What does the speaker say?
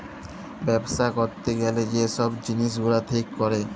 ব্যবছা ক্যইরতে গ্যালে যে ছব জিলিস গুলা ঠিক ক্যরে